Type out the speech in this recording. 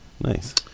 Nice